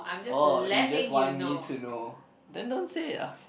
oh you just want me to know then don't say it ah shit